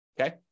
okay